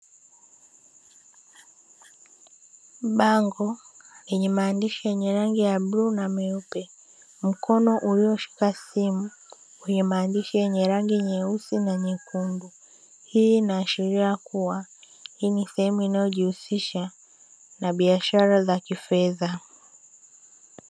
Bango lenye maandishi ya rangi ya bluu na meupe, mkono ulioshika simu wenye maandishi yenye rangi nyeusi na nyekundu. Hii inaashiria kuwa hii ni sehemu inayojihusisha na biashara za kifedha.